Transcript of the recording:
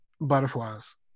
Butterflies